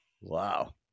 wow